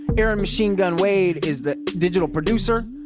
erin machine gun wade is the digital producer.